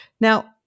Now